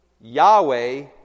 Yahweh